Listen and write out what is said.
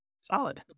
Solid